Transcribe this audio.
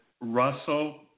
Russell